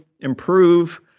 improve